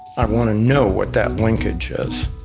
i want to know what that linkage is.